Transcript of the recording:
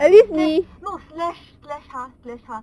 I think slash no slash slash 它 slash 它